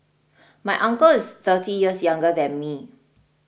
my uncle is thirty years younger than me